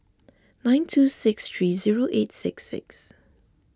nine two six three zero eight six six